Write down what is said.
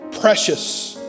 precious